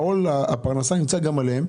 עול הפרנסה עליהן.